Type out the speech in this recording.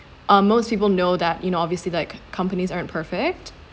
um most people know that you know obviously like companies aren't perfect